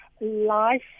life